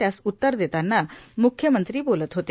त्यास उत्तर देताना मुख्यमंत्री बोलत होते